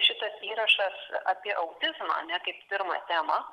šitas įrašas apie autizmą ane kaip pirmą temą